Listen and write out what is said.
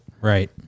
right